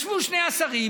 ישבו שני השרים,